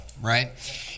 right